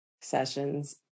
sessions